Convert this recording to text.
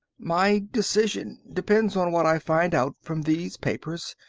my decision depends on what i find out from these papers.